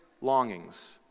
longings